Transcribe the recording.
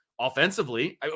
offensively